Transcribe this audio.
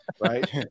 right